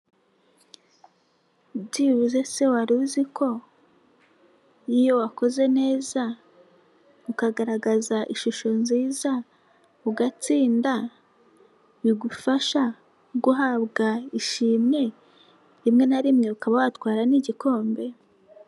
Byibuze se wari uzi ko iyo wakoze neza, ukagaragaza ishusho nziza, ugatsinda, bigufasha guhabwa ishimwe, rimwe na rimwe ukaba watwara n'igikombe.